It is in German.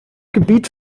gebiet